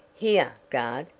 here, guard!